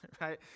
Right